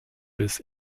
bis